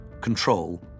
control